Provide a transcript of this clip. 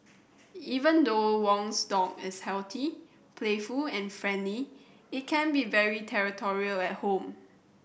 even though Wong's dog is healthy playful and friendly it can be very territorial at home